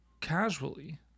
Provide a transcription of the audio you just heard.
casually